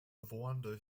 woanders